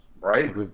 Right